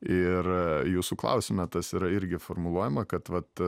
ir jūsų klausime tas yra irgi formuluojama kad vat